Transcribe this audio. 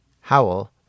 Howell